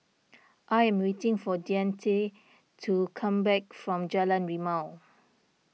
I am waiting for Deante to come back from Jalan Rimau